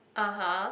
(uh huh)